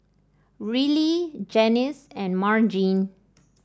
Rillie Janis and Margene